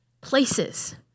places